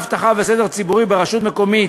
אבטחה וסדר ציבורי ברשות מקומית),